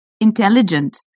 intelligent